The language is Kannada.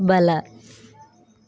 ಬಲ